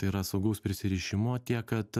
tai yra saugaus prisirišimo tiek kad